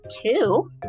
two